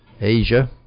Asia